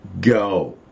Go